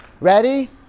Ready